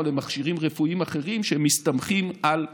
למכשירים רפואיים אחרים שמסתמכים על חשמל.